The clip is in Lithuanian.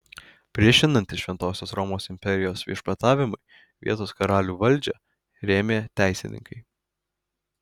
priešinantis šventosios romos imperijos viešpatavimui vietos karalių valdžią rėmė teisininkai